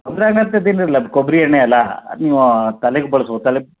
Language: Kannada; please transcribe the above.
ತೊಂದರೆ ಆಗೋಂಥದ್ದೇನಿಲ್ಲ ಅದು ಕೊಬ್ಬರಿ ಎಣ್ಣೆಯಲ್ಲ ನೀವು ತಲೆಗೆ ಬಳಸ್ಬೋದು ತಲೆಗೆ